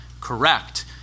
correct